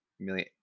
million